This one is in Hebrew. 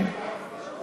חוק